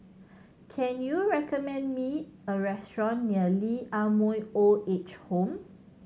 can you recommend me a restaurant near Lee Ah Mooi Old Age Home